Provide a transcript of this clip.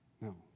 No